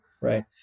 right